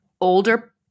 older